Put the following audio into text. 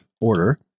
order